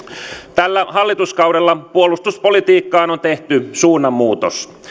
tällä hallituskaudella puolustuspolitiikkaan on tehty suunnanmuutos